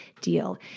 deal